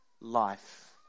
life